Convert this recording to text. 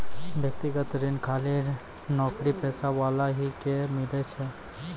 व्यक्तिगत ऋण खाली नौकरीपेशा वाला ही के मिलै छै?